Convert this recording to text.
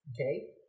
okay